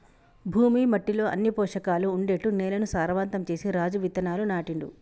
భూమి మట్టిలో అన్ని పోషకాలు ఉండేట్టు నేలను సారవంతం చేసి రాజు విత్తనాలు నాటిండు